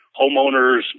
homeowners